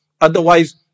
otherwise